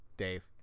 dave